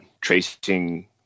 tracing